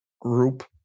group